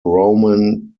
roman